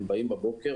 הם באים בבוקר,